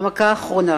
המכה האחרונה.